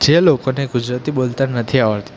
જે લોકોને ગુજરાતી બોલતાં નથી આવડતું